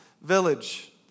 village